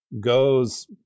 goes